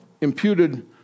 imputed